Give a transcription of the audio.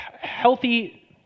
healthy